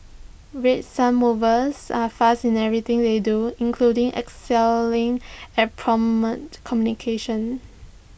red sun movers are fast in everything they do including excelling at prompt communication